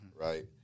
right